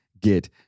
get